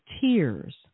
tears